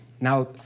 Now